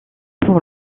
pour